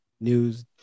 news